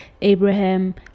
Abraham